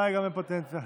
בפוטנציה.